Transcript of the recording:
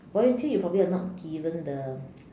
volunteer you probably are not given the